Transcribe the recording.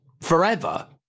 forever